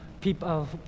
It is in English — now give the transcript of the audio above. people